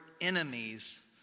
enemies